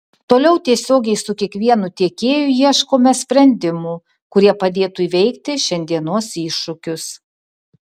toliau tiesiogiai su kiekvienu tiekėju ieškome sprendimų kurie padėtų įveikti šiandienos iššūkius